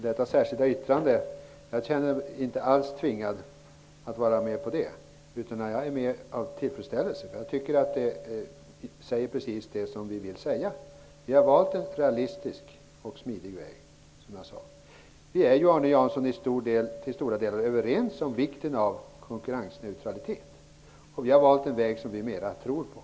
Herr talman! Jag känner mig inte alls tvingad att vara med på det särskilda yttrandet. Jag är med av tillfredsställelse. Jag tycker det säger precis det som vi vill säga. Vi har valt en realistisk och smidig väg, som jag sade. Vi är ju, Arne Jansson, till stora delar överens om vikten av konkurrensneutralitet, och vi har valt en väg som vi tror mera på.